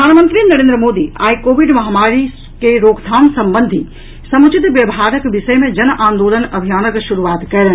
प्रधानमंत्री नरेन्द्र मोदी आइ कोविड महामारी कॅ रोकथाम संबंधी समुचित व्यवहारक विषय मे जन आंदोलन अभियानक शुरूआत कयलनि